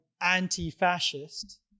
anti-fascist